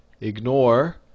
ignore